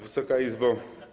Wysoka Izbo!